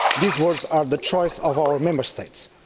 these words are the choice of our member states.